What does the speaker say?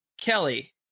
Kelly